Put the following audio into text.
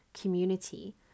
community